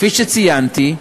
כפי שציינתי,